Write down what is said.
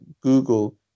Google